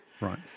Right